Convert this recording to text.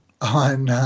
on